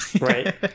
Right